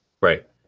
Right